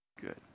Good